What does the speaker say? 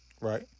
Right